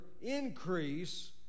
increase